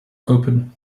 open